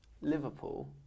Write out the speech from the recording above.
Liverpool